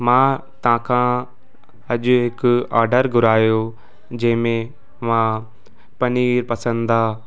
मां तव्हांखां अॼु हिकु ऑडर घुरायो जंहिं में मां पनीर पसंदा